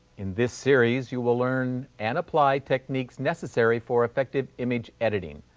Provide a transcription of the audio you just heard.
in this series, you will learn and apply techniques necessary for effective image editing,